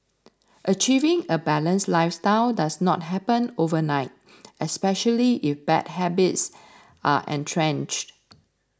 achieving a balanced lifestyle does not happen overnight especially if bad habits are entrenched